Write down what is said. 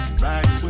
Right